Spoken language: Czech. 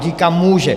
Říkám: může.